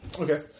Okay